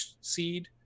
seed